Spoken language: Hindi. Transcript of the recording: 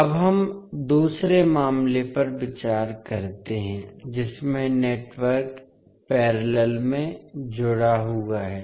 अब हम दूसरे मामले पर विचार करते हैं जिसमें नेटवर्क पैरेलल में जुड़ा हुआ है